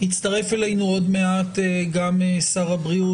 יצטרף אלינו עוד מעט גם שר הבריאות,